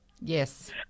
Yes